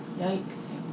Yikes